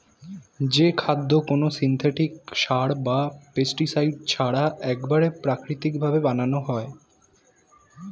যে খাদ্য কোনো সিনথেটিক সার বা পেস্টিসাইড ছাড়া একবারে প্রাকৃতিক ভাবে বানানো হয়